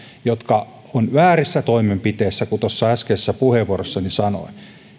jotka ovat väärissä toimenpiteissä kuten tuossa äskeisessä puheenvuorossani sanoin